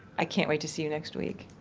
i can't wait to see you next week.